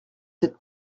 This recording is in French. sept